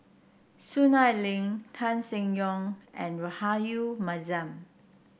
Soon Ai Ling Tan Seng Yong and Rahayu Mahzam